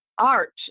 art